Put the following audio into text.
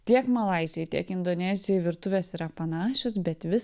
tiek malaizijoj tiek indonezijoj virtuvės yra panašios bet vis